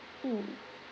mm